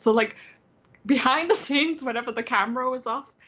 so like behind the scenes, whenever the camera was off.